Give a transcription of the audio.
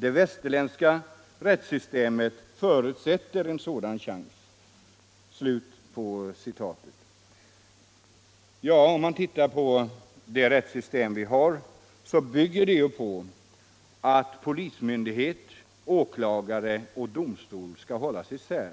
Det västerländska rättssystemet förutsätter en sådan chans.” Det västerländska rättssystemet bygger på att polismyndighet, åklagare och domstol hålls isär. Inom